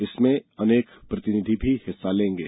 इसमें अनेक प्रतिनिधि भी हिस्सा लेंगे